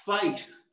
Faith